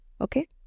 okay